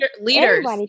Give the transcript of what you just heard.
leaders